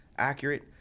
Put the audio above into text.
accurate